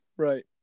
right